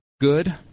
good